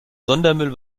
sondermüll